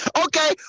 Okay